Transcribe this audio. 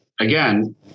again